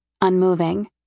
unmoving